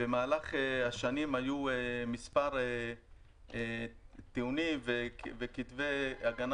במהלך השנים היו מספר טיעונים וכתבי הגנה